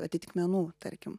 atitikmenų tarkim